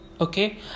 Okay